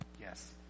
yes